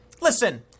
Listen